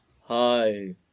Hi